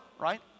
right